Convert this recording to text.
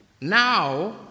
now